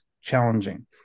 challenging